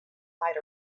might